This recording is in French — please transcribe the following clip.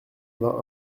vingt